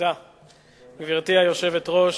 הנאום הזה אנחנו מכירים, אז אתה מרשה לנו להיעדר,